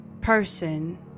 person